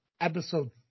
episode